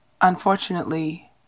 unfortunately